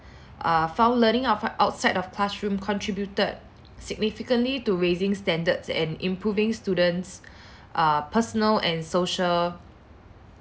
uh found learning of outside of classroom contributed significantly to raising standards and improving students uh personal and social